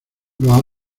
los